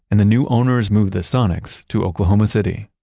and the new owners moved the sonics to oklahoma city.